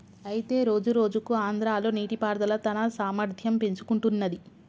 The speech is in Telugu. అయితే రోజురోజుకు ఆంధ్రాలో నీటిపారుదల తన సామర్థ్యం పెంచుకుంటున్నది